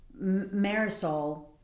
Marisol